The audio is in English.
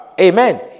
Amen